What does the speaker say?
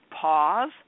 pause